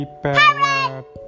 parrot